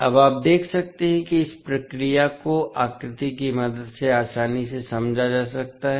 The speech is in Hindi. अब आप देख सकते हैं कि इस प्रक्रिया को आकृति की मदद से आसानी से समझा जा सकता है